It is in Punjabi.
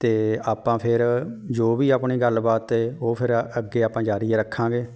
ਅਤੇ ਆਪਾਂ ਫਿਰ ਜੋ ਵੀ ਆਪਣੀ ਗੱਲਬਾਤ ਹੈ ਉਹ ਫਿਰ ਅੱਗੇ ਆਪਾਂ ਜਾਰੀ ਰੱਖਾਂਗੇ